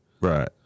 Right